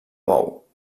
bou